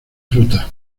frutas